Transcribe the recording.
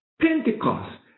Pentecost